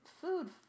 food